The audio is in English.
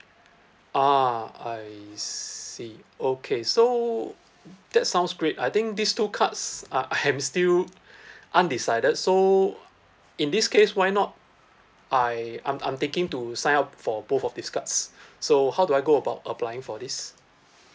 ah I see okay so that sounds great I think these two cards I I'm still undecided so in this case why not I I'm I'm thinking to sign up for both of these cards so how do I go about applying for this